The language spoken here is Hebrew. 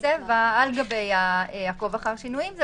בצבע על גבי "עקוב אחר שינויים" זה